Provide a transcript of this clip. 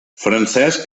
francesc